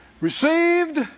received